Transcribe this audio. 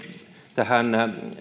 tähän